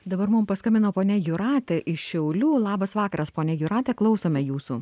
dabar mum paskambino ponia jūratė iš šiaulių labas vakaras ponia jūrate klausome jūsų